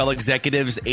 executives